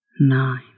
nine